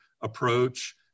approach